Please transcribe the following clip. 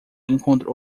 enquanto